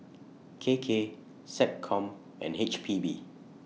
K K Seccom and H P B